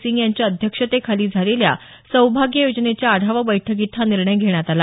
सिंग यांच्या अध्यक्षतेखाली झालेल्या सौभाग्य योजनेच्या आढावा बैठकीत हा निर्णय घेण्यात आला